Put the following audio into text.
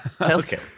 okay